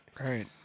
Right